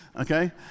okay